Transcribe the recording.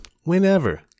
whenever